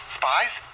spies